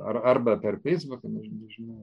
ar arba per feisbuką než nežinau